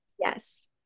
Yes